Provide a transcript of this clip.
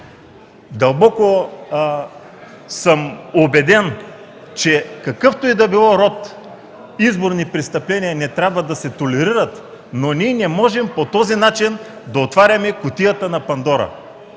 Дълбоко съм убеден, че какъвто и да било род изборни престъпления не трябва да се толерират, но ние не можем по този начин да отваряме кутията на Пандора.